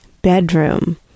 Bedroom